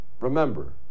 Remember